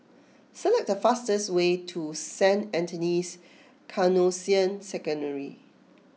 select the fastest way to Saint Anthony's Canossian Secondary